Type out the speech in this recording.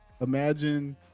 imagine